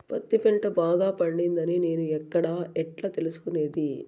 పత్తి పంట బాగా పండిందని నేను ఎక్కడ, ఎట్లా తెలుసుకునేది?